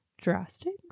drastic